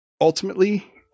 Ultimately